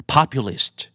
Populist